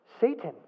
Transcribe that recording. Satan